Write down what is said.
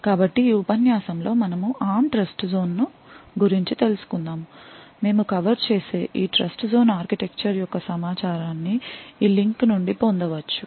కాబట్టి ఈ ఉపన్యాసంలో మనము ARM ట్రస్ట్జోన్ ను గురించి తెలుసుకుందాం మేము కవర్ చేసే ఈ ట్రస్ట్జోన్ ఆర్కిటెక్చర్ యొక్క సమాచారాన్ని ఈ లింక్ నుండి పొందవచ్చు